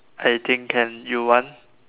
I think can you want